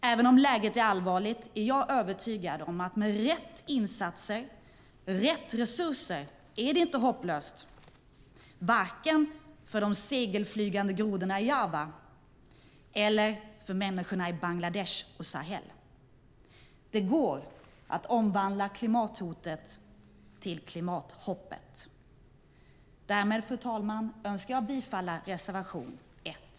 Även om läget är allvarligt är jag övertygad om att det med rätt insatser och rätt resurser inte är hopplöst, varken för de segelflygande grodorna i Java eller för människorna i Bangladesh och Sahel. Det går att omvandla klimathotet till klimathoppet. Därmed, fru talman, önskar jag yrka bifall till reservation 1.